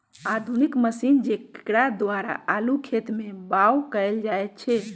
आधुनिक मशीन जेकरा द्वारा आलू खेत में बाओ कएल जाए छै